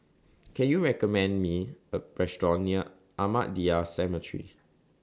Can YOU recommend Me A Restaurant near Ahmadiyya Cemetery